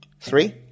Three